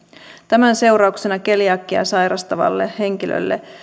tämän seurauksena keliakiaa sairastavalle henkilölle